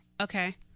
Okay